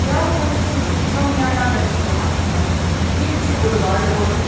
بیٛاکھ حظ چھُ شامیانہ رٮ۪سٹرٛانٛٹ یہِ تہِ چھُ بُلوارڈ روڈٕ